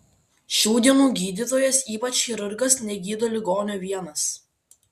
šių dienų gydytojas ypač chirurgas negydo ligonio vienas